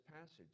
passage